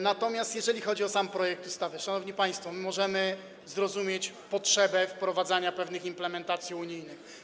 Natomiast jeżeli chodzi o sam projekt ustawy, szanowni państwo, możemy zrozumieć potrzebę wprowadzania pewnych implementacji unijnych.